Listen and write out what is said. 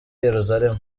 yeruzalemu